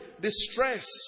distress